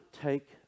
take